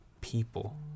people